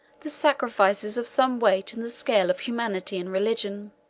the sacrifice is of some weight in the scale of humanity and religion.